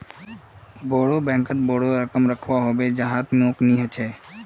बोरो बैंकत बोरो रकम रखवा ह छेक जहात मोक नइ ह बे